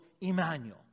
Emmanuel